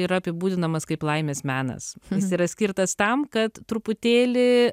yra apibūdinamas kaip laimės menas jis yra skirtas tam kad truputėlį